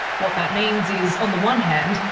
what that means is on the one hand,